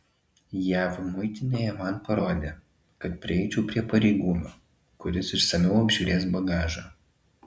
jav muitinėje man parodė kad prieičiau prie pareigūno kuris išsamiau apžiūrės bagažą